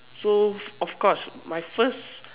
so of course my first